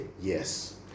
Yes